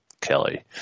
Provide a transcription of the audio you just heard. kelly